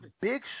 Big